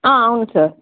అవును సార్